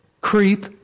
creep